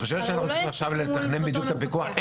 את חושבת שאנחנו צריכים עכשיו לתכנן בדיוק את הפיקוח?